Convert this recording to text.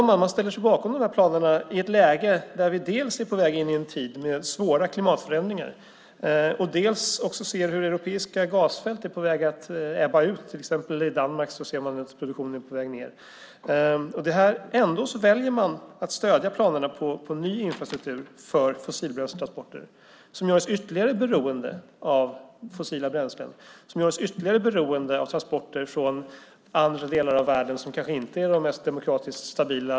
Man ställer sig bakom de här planerna i ett läge där vi dels är på väg in i en tid med svåra klimatförändringar, dels ser hur europeiska gasfält är på väg att ebba ut. Till exempel i Danmark är produktionen på väg ned. Ändå väljer man att stödja planerna på ny infrastruktur för fossilbränsletransporter, som gör oss ytterligare beroende av fossila bränslen, som gör oss ytterligare beroende av transporter från andra delar av världen som kanske inte är de mest demokratiskt stabila.